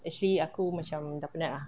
actually aku macam dah penat ah